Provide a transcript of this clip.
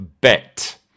bet